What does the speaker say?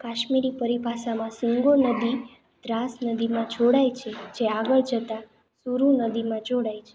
કાશ્મીરી પરિભાષામાં શિંગો નદી દ્રાસ નદીમાં જોડાય છે જે આગળ જતાં સુરુ નદીમાં જોડાય છે